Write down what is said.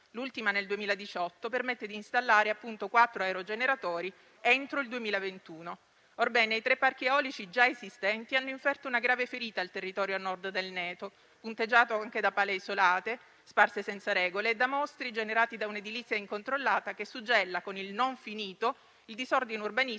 l'ultima, nel 2018, permette di installare quattro aerogeneratori entro il 2021. Orbene, i tre parchi eolici già esistenti hanno inferto una grave ferita al territorio a Nord del Neto, punteggiato anche da pale isolate, sparse senza regole, e da mostri generati da un'edilizia incontrollata che suggella con il non finito il disordine urbanistico